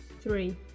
three